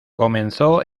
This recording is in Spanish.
comenzó